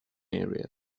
area